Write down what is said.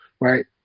right